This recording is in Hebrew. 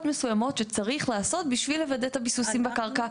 מסוימות שצריך לעשות בשביל לוודא את הביסוסים בקרקע.